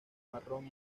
marrón